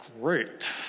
great